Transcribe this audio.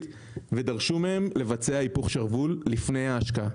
ודרשו מהם לבצע היפוך שרוול לפני ההשקעה.